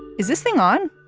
is this thing on